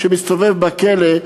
שמסתובב בכלא,